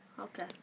Okay